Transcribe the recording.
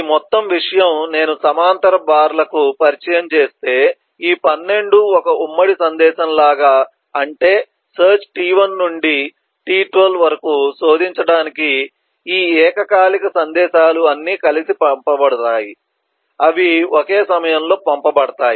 ఈ మొత్తం విషయం నేను సమాంతర బార్లకు పరిచయం చేస్తే ఈ 12 ఒక ఉమ్మడి సందేశం లాగ అంటే సెర్చ్ t1 నుండి t12 వరకు శోధించడానికి ఈ ఏకకాలిక సందేశాలు అన్నీ కలిసి పంపబడతాయి అవి ఒకే సమయంలో పంపబడతాయి